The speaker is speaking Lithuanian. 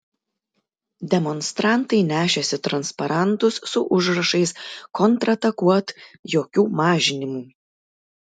demonstrantai nešėsi transparantus su užrašais kontratakuot jokių mažinimų